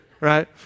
right